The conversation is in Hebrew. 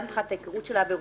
גם מבחינת ההיכרות של העבירות,